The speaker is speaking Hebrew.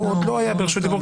הוא עוד לא היה ברשות דיבור,